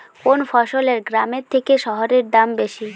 কোন ফসলের গ্রামের থেকে শহরে দাম বেশি?